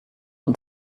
und